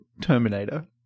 Terminator